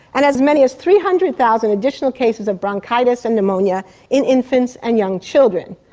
and as many as three hundred thousand additional cases of bronchitis and pneumonia in infants and young children.